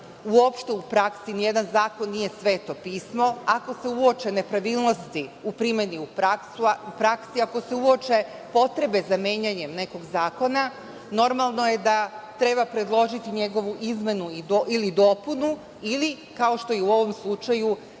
Uopšte u praksi ni jedan zakon nije Sveto pismo. Ako se uoče nepravilnosti u primeni u praksi, ako se uoče potrebe za menjanjem nekog zakona, normalno je da treba predložiti njegovu izmenu ili dopunu ili, kao što je u ovom slučaju,